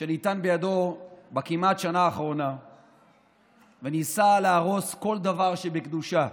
שניתן בידו כמעט בכל השנה האחרונה וניסה להרוס כל דבר שבקדושה?